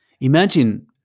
Imagine